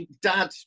dad